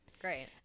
Great